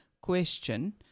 question